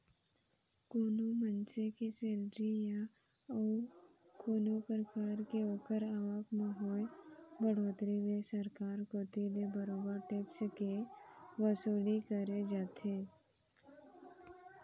कोनो मनसे के सेलरी या अउ कोनो परकार के ओखर आवक म होय बड़होत्तरी ले सरकार कोती ले बरोबर टेक्स के वसूली करे जाथे